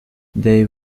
they